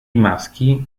maschi